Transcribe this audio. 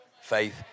faith